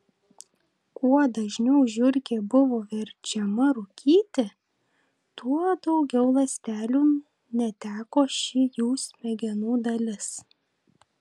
kuo dažniau žiurkė buvo verčiama rūkyti tuo daugiau ląstelių neteko ši jų smegenų dalis